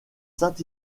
saint